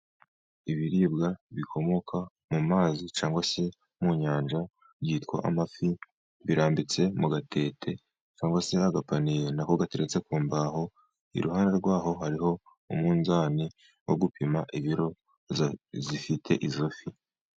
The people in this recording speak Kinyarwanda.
Ibiribwa bikomoka mu mazi cyangwa se mu nyanja byitwa amafi. Zirambitse mu gatete cyangwa se agapaniye ,nako gateretse ku mbaho. Iruhande rwaho, hari umunzani wo gupima ibiro zifite izo fi.